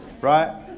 Right